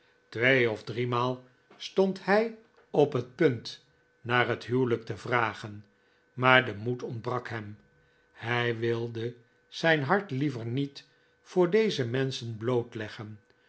twee of driemaal stond hij op het punt naar het huwelijk te vragen maar de moed ontbrak hem hij wilde zijn hart liever niet voor deze menschen blootleggen